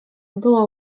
było